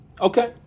Okay